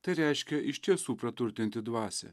tai reiškia iš tiesų praturtinti dvasią